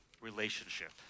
relationship